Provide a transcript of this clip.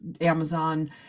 Amazon